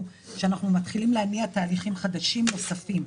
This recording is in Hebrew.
שאנחנו מתחילים להניע תהליכים חדשים נוספים,